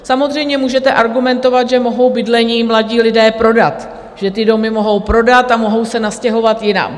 Samozřejmě můžete argumentovat, že mohou bydlení mladí lidé prodat, že ty domy mohou prodat a mohou se nastěhovat jinam.